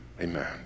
Amen